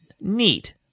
neat